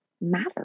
matter